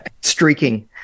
streaking